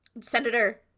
Senator